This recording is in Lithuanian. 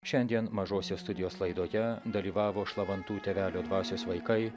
šiandien mažosios studijos laidoje dalyvavo šlavantų tėvelio dvasios vaikai